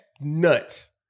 nuts